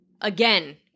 Again